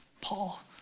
Paul